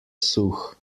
suh